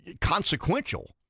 consequential